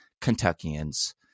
Kentuckians